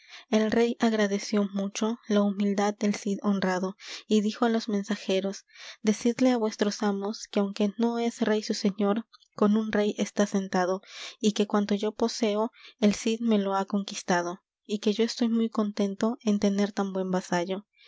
el rey agradeció mucho la humildad del cid honrado y dijo á los mensajeros decidles á vuestros amos que aunque no es rey su señor con un rey está sentado y que cuanto yo poseo el cid me lo ha conquistado y que yo estoy muy contento en tener tan buen vasallo